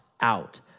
out